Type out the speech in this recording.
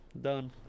Done